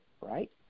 right